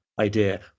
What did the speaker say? idea